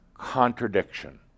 Contradiction